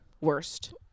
Worst